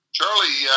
Charlie